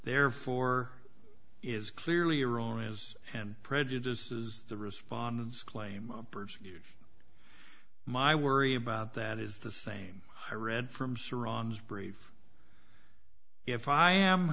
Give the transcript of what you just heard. therefore is clearly erroneous and prejudices the respondents claim my worry about that is the same i read from serranos brave if i am